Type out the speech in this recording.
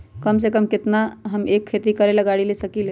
कम से कम केतना में हम एक खेती करेला गाड़ी ले सकींले?